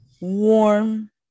warm